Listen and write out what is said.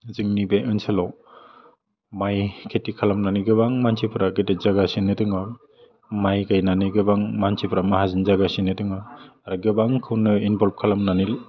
जोंनि बे ओनसोलाव माय खेथि खालामनानै गोबां मानसिफ्रा गेदेर जागासिनो दङ माय गायनानै गोबां मानसिफ्रा माहाजोन जागासिनो दङ आरो गोबांखौनो एनभल्भ खालामनानै